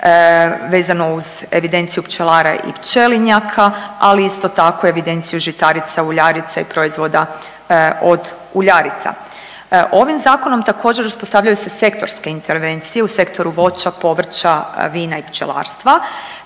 vezano uz evidenciju pčela i pčelinjaka, ali isto tako evidenciju žitarica, uljarica i proizvoda od uljarica. Ovim zakonom također uspostavljaju se sektorske intervencije u sektoru voća, povrća, vina i pčelarstva